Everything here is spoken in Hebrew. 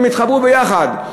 הם התחברו ביחד.